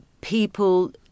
People